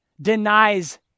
denies